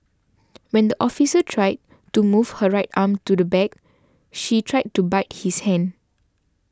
when the officer tried to move her right arm to the back she tried to bite his hand